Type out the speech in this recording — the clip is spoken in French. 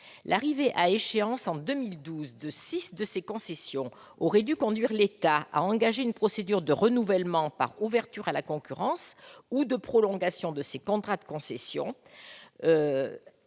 L'arrivée à échéance en 2012 de six de ses concessions aurait dû conduire l'État à engager une procédure de renouvellement par ouverture à la concurrence ou de prolongation de ces contrats de concession,